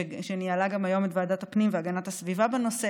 שניהלה גם היום את ועדת הפנים והגנת הסביבה בנושא,